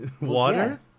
Water